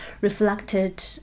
reflected